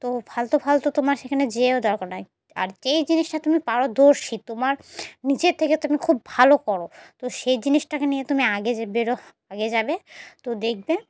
তো ফালতু ফালতু তোমার সেখানে যেয়েও দরকার নয় আর যেই জিনিসটা তুমি পারদর্শী তোমার নিজের থেকে তুমি খুব ভালো করো তো সেই জিনিসটাকে নিয়ে তুমি আগে যে বেরো আগে যাবে তো দেখবে